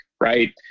right